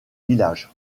villages